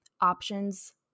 options